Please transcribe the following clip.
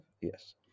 Yes